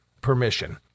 permission